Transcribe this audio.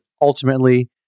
ultimately